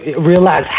realize